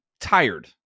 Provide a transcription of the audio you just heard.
tired